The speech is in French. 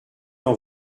n’en